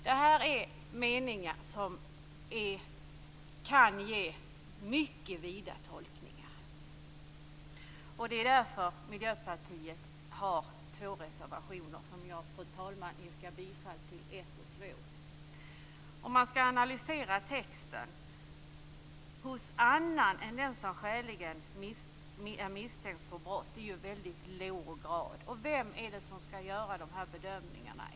Det här är meningar som kan ge mycket vida tolkningar, och det är därför Miljöpartiet har två reservationer som jag, fru talman, yrkar bifall till, nr 1 Man kan analysera texten: "Hos annan än den som är skäligen misstänkt för brott". Det är ju en väldigt låg grad. Och vem är det som skall göra de här bedömningarna?